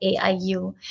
AIU